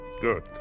Good